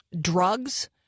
drugs